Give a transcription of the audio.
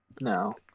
No